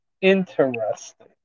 interesting